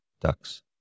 Ducks